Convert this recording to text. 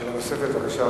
שאלה נוספת, בבקשה,